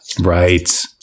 Right